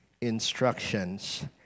instructions